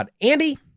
Andy